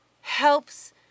helps